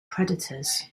predators